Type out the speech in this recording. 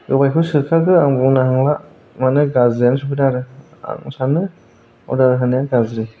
गोबायखौ सोखाखो आं बुंनो हाला मानोना गाज्रियानो सौफैखादों आं सानदों अरदार होनाया गाज्रि